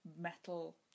metal